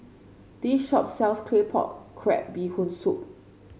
this shop sells Claypot Crab Bee Hoon Soup